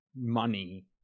money